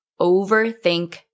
overthink